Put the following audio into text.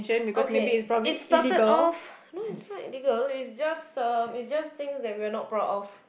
okay it started off no is not illegal is just um is just things that we're not proud of